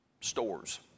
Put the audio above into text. stores